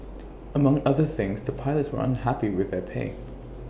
among other things the pilots were unhappy with their pay